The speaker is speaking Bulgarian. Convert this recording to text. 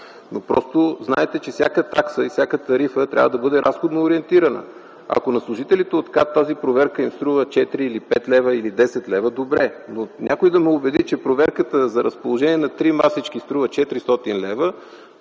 с КАТ. Знаете, че всяка такса и тарифа трябва да бъде разходно ориентирана. Ако на служителите от КАТ тази проверка им струва 4, 5 или 10 лв. – добре, но нека някой да ме убеди, че проверката за разположение на три масички струва 400 лв.